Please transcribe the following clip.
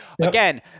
again